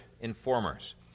informers